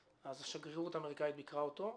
אז השגרירות האמריקנית ביקרה אותו.